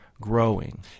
growing